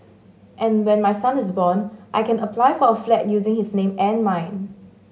and when my son is born I can apply for a flat using his name and mine